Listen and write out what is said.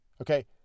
Okay